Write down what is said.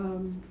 um